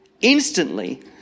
Instantly